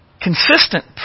Consistent